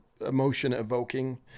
emotion-evoking